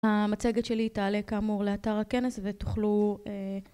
המצגת שלי תעלה כאמור לאתר הכנס ותוכלו